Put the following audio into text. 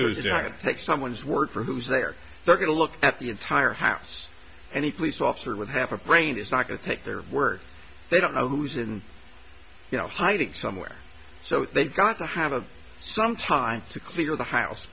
who is down and take someone's word for who's they are going to look at the entire house any police officer with half a brain is not going to take their word they don't know who's in you know hiding somewhere so they've got to have some time to clear the house